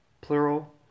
Plural